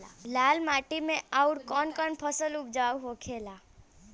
लाल माटी मे आउर कौन कौन फसल उपजाऊ होखे ला?